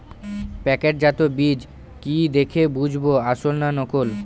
প্যাকেটজাত বীজ কি দেখে বুঝব আসল না নকল?